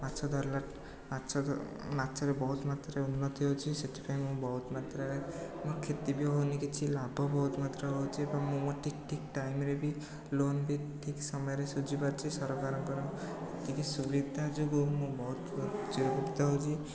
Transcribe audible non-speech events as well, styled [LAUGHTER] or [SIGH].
ମାଛ ଧରିଲା ମାଛ ଧ ମାଛରେ ବହୁତ ମାତ୍ରାରେ ଉନ୍ନତି ହେଉଛି ସେଥିପାଇଁ ମୁଁ ବହୁତ ମାତ୍ରାରେ କ୍ଷତି ବି ହେଉନି କିଛି ଲାଭ ବହୁତ ମାତ୍ରାରେ ହେଉଛି ଏବଂ ମୁଁ ମୋ ଠିକ ଠିକ ଟାଇମ୍ରେ ବି ଲୋନ୍ ବି ଠିକ ସମୟରେ ସୁଝିପାରୁଛି ସରକାରଙ୍କର ଏତିକି ସୁବିଧା ଯୋଗୁଁ ମୁଁ ବହୁତ [UNINTELLIGIBLE] ହେଉଛି